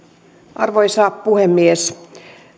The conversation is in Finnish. arvoisa puhemies